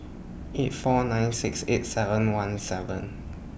eight four nine six eight seven one seven